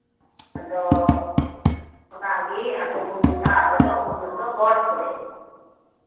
ᱟᱫᱚ ᱚᱱᱟᱜᱮ ᱟᱫᱚᱵᱚᱱ ᱢᱮᱛᱟᱜᱼᱟ ᱟᱵᱚᱫᱚ ᱩᱱᱦᱤᱞᱳᱜ ᱫᱚ ᱜᱚᱴ ᱥᱳᱲᱮ